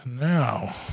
now